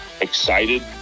excited